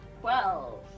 Twelve